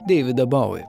deividą bauį